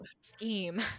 Scheme